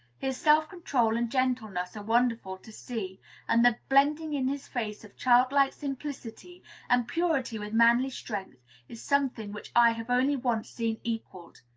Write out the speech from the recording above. his self-control and gentleness are wonderful to see and the blending in his face of childlike simplicity and purity with manly strength is something which i have only once seen equalled.